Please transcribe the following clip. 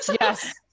Yes